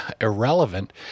irrelevant